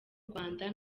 rwanda